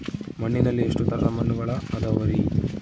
ಮಣ್ಣಿನಲ್ಲಿ ಎಷ್ಟು ತರದ ಮಣ್ಣುಗಳ ಅದವರಿ?